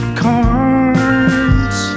cards